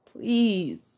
please